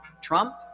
Trump